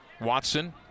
Watson